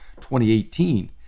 2018